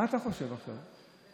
מה אתה חושב שעכשיו,